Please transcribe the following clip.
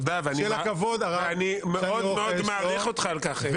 אני מאוד מאוד מעריך אותך על כך.